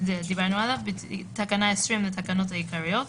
לתקנות העיקריות